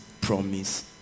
promise